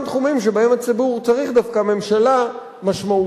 תחומים שבהם הציבור צריך דווקא ממשלה משמעותית,